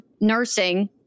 Nursing